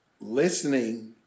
listening